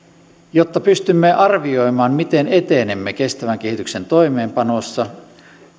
jotta pystymme arvioimaan miten etenemme kestävän kehityksen toimeenpanossa